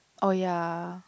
oh ya